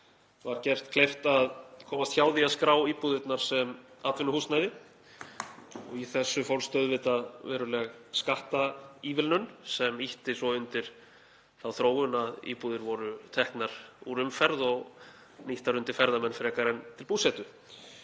var gert kleift að komast hjá því að skrá íbúðirnar sem atvinnuhúsnæði. Í þessu fólst auðvitað veruleg skattaívilnun sem ýtti svo undir þá þróun að íbúðir voru teknar úr umferð og nýttar undir ferðamenn frekar en til búsetu.